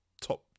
top